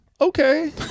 okay